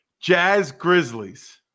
Jazz-Grizzlies